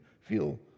feel